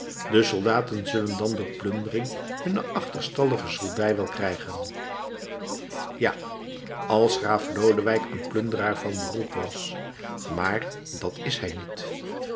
de soldaten zullen dan door plundering hunne achterstallige soldij wel krijgen ja als graaf lodewijk een plunderaar van beroep was maar dat is hij niet